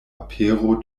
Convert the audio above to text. apero